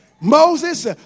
Moses